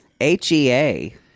H-E-A